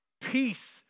Peace